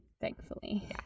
thankfully